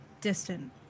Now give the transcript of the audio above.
distant